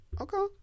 Okay